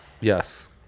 Yes